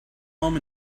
home